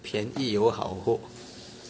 便宜有好货